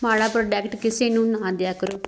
ਮਾੜਾ ਪ੍ਰੋਡੈਕਟ ਕਿਸੇ ਨੂੰ ਨਾ ਦਿਆ ਕਰੋ